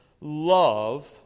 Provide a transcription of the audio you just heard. love